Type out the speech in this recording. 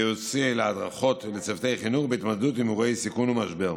יועצי הדרכות וצוותי חינוך בהתמקדות על אירועי סיכון ומשבר,